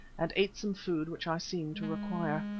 and ate some food which i seemed to require.